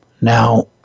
Now